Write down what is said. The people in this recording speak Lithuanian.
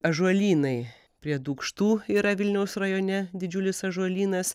ąžuolynai prie dūkštų yra vilniaus rajone didžiulis ąžuolynas